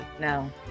no